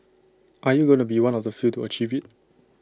are you gonna be one of the few to achieve IT